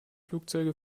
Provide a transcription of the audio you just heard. flugzeuge